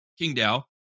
Kingdao